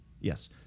Yes